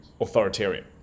authoritarian